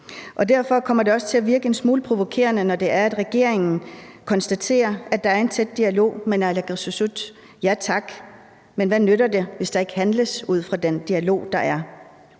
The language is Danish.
Derfor kommer det også til at virke en smule provokerende, når det er, at regeringen konstaterer, at der er en tæt dialog med naalakkersuisut. Ja tak, men hvad nytter det, hvis ikke der handles ud fra den dialog, der er?